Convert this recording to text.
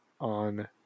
on